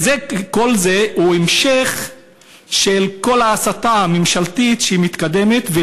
וכל זה הוא המשך של כל ההסתה הממשלתית שמתקדמת,